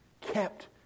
kept